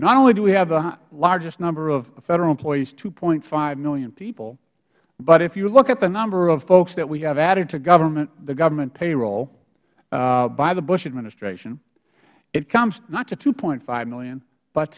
not only do we have the largest number of federal employees two point five million people but if you look at the number of folks that we have added to government the government payroll by the bush administration it comes not to two point five million but